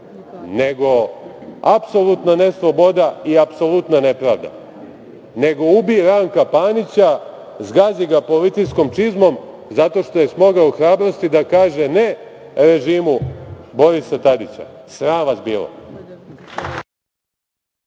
nego apsolutna nesloboda i apsolutna nepravda, nego ubi Ranka Panića, zgazi ga policijskom čizmom zato što je smogao hrabrosti da kaže ne režimu Borisa Tadića. Sram vas bilo.